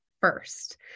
first